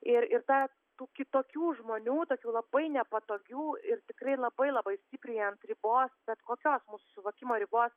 ir ir ta tų kitokių žmonių tokių labai nepatogių ir tikrai labai labai stipriai ant ribos bet kokios mūsų suvokimo ribos